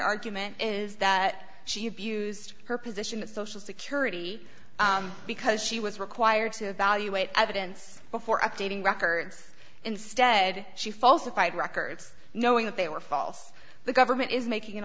argument is that she abused her position that social security because she was required to evaluate evidence before updating records instead she falsified records knowing that they were false the government is making an